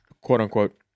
quote-unquote